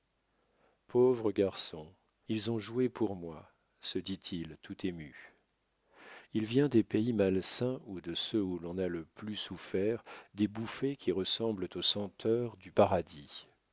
pauvres garçons ils ont joué pour moi se dit-il tout ému il vient des pays malsains ou de ceux où l'on a le plus souffert des bouffées qui ressemblent aux senteurs du paradis